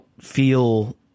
feel